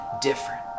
different